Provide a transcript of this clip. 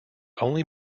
only